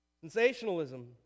Sensationalism